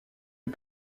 est